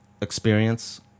experience